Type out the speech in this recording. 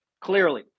Clearly